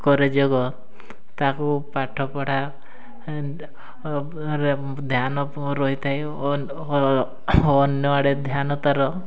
କରେ ଯୋଗ ତା'କୁ ପାଠପଢ଼ାରେ ଧ୍ୟାନ ରହିଥାଏ ଅନ୍ୟ ଆଡ଼େ ଧ୍ୟାନ ତା'ର